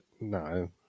no